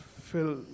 Fill